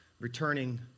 Returning